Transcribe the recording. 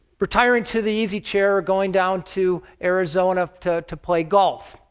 retiring to the easy chair, or going down to arizona to to play golf.